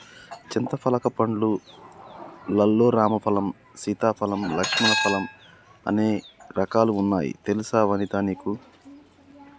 చింతపలక పండ్లు లల్లో రామ ఫలం, సీతా ఫలం, లక్ష్మణ ఫలం అనే రకాలు వున్నాయి తెలుసా వనితా నీకు